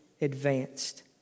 advanced